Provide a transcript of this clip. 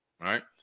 Right